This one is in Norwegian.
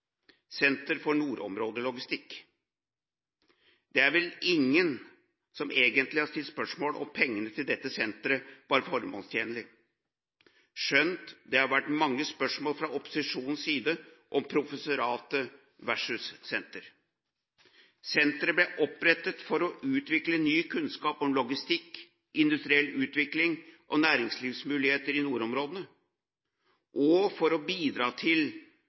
Senter for nordområdelogistikk. Det er vel ingen som egentlig har stilt spørsmål om pengene til dette senteret var formålstjenlige, skjønt det har vært mange spørsmål fra opposisjonens side om professorat versus senter. Senteret ble opprettet for å utvikle ny kunnskap om logistikk, industriell utvikling og næringslivsmuligheter i nordområdene og for å bidra til